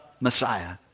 Messiah